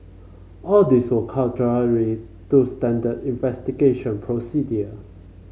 all these were contrary to standard investigation procedure